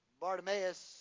Bartimaeus